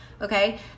Okay